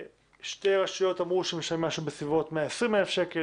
שתי רשויות אמרו שהם משלמים משהו בסביבות 120,000 שקל,